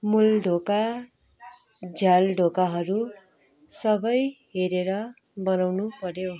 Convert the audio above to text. मूल ढोका झ्याल ढोकाहरू सबै हेरेर बनाउनु पऱ्यो